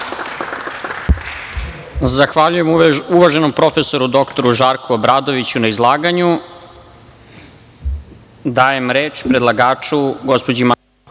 Zahvaljujem uvaženom prof. dr Žarku Obradoviću na izlaganju. Dajem reč predlagaču, gospođi